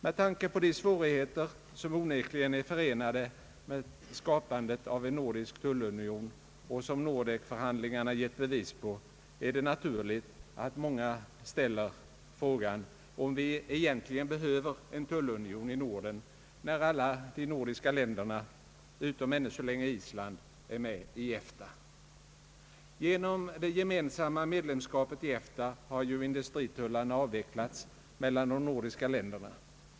Med tanke på de svårigheter, som onekligen är förenade med skapandet av en nordisk tullunion och som Nordek-förhandlingarna gett bevis på, är det naturligt att många ställer frågan, om vi egentligen behöver en tullunion i Norden, när alla de nordiska länderna — utom ännu så länge Island är med i EFTA. Genom det gemensamma medlemskapet i EFTA har ju industritullarna avvecklats mellan de nordiska länderna.